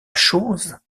chose